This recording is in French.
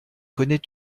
connais